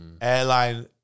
Airline